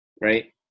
right